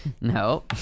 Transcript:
no